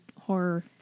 horror